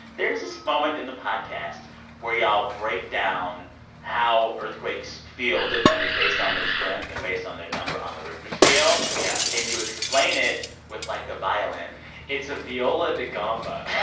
there's this moment in the podcast where y'all break down how earthquakes feel differently based on their strength and based on their number on the richter scale yeah and you explain it with, like, a violin it's a viola da gamba